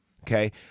okay